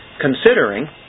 considering